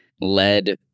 led